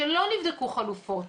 שלא נבדקו חלופות.